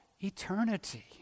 eternity